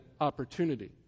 opportunity